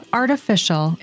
artificial